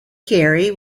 carrie